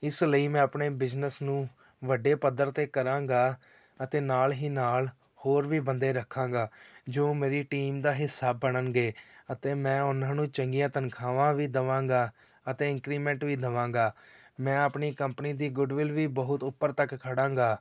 ਇਸ ਲਈ ਮੈਂ ਆਪਣੇ ਬਿਜ਼ਨਸ ਨੂੰ ਵੱਡੇ ਪੱਧਰ 'ਤੇ ਕਰਾਂਗਾ ਅਤੇ ਨਾਲ ਹੀ ਨਾਲ ਹੋਰ ਵੀ ਬੰਦੇ ਰੱਖਾਂਗਾ ਜੋ ਮੇਰੀ ਟੀਮ ਦਾ ਹਿੱਸਾ ਬਣਨਗੇ ਅਤੇ ਮੈਂ ਉਹਨਾਂ ਨੂੰ ਚੰਗੀਆਂ ਤਨਖਾਹਾਂ ਵੀ ਦੇਵਾਂਗਾ ਅਤੇ ਇੰਕਰੀਮੈਂਟ ਵੀ ਦਵਾਂਗਾ ਮੈਂ ਆਪਣੀ ਕੰਪਨੀ ਦੀ ਗੁੱਡਵਿਲ ਵੀ ਬਹੁਤ ਉੱਪਰ ਤੱਕ ਖੜ੍ਹਾਂਗਾ